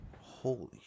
holy